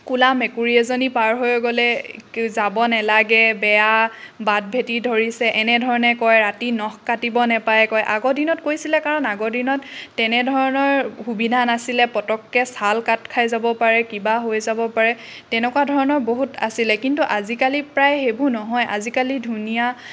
ক'লা মেকুৰী এজনী পাৰ হৈ গ'লে যাব নালাগে বেয়া বাট ভেটি ধৰিছে এনেধৰণে কয় ৰাতি নখ কাটিব নাপায় কয় আগৰ দিনত কৈছিলে কাৰণ আগৰ দিনত তেনেধৰণৰ সুবিধা নাছিলে পতককৈ ছাল কাট খাই যব পাৰে কিবা হৈ যাব পাৰে তেনেকুৱা ধৰণৰ বহুত আছিলে কিন্তু আজিকালি প্ৰায় সেইবোৰ নহয় আজিকালি ধুনীয়া